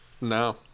No